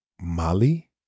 Molly